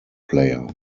player